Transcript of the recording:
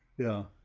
yeah,